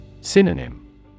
Synonym